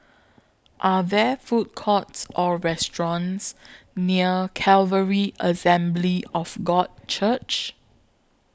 Are There Food Courts Or restaurants near Calvary Assembly of God Church